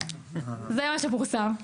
זה מה שפורסם.